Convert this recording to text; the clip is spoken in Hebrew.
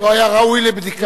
לא היה ראוי לבדיקה.